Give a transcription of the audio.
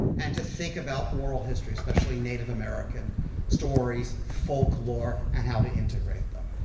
and to think about oral history, especially native american stories, folklore, and how to integrate them.